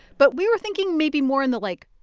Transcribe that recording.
but we were thinking maybe more in the, like,